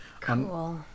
Cool